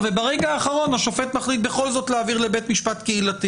וברגע האחרון השופט מחליט בכל זאת להעביר לבית משפט קהילתי